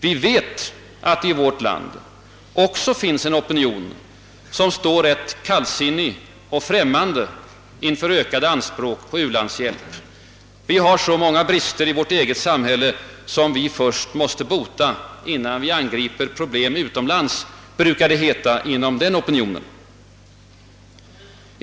Vi vet alla, att det i vårt land även finns en opinion som står rätt kallsinnig och främmande inför ökade anspråk på u-landshjälp. Vi har så många brister i vårt eget samhälle som vi först måste bota, innan vi angriper problemen utomlands, brukar det heta inom den opinionen.